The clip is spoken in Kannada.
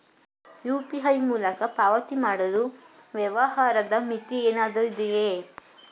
ಯು.ಪಿ.ಐ ಮೂಲಕ ಪಾವತಿ ಮಾಡಲು ವ್ಯವಹಾರದ ಮಿತಿ ಏನಾದರೂ ಇದೆಯೇ?